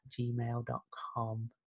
gmail.com